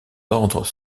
ordres